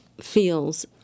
feels